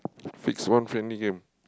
fix one friendly game